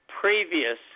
previous